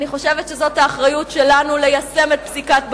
אני חושבת שזו האחריות שלנו ליישם את פסיקת בג"ץ.